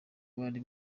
bari